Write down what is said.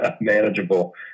manageable